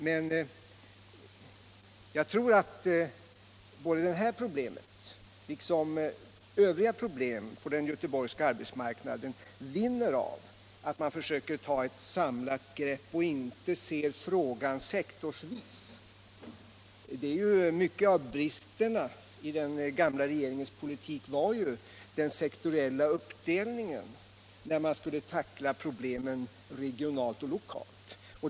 Men jag tror att det här problemet liksom övriga problem på den göteborgska arbetsmarknaden vinner på att man försöker ta ett samlat grepp och inte ser det sektorsvis. Mycket av bristerna i den gamla regeringens politik var just den sektoriella uppdelningen när man skulle tackla problemen regionalt och lokalt.